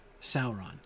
Sauron